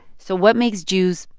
so what makes jews,